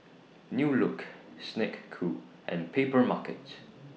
New Look Snek Ku and Papermarket